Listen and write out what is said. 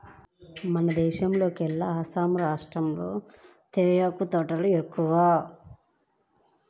మన దేశంలోకెల్లా అస్సాం రాష్టంలో తేయాకు తోటలు ఎక్కువ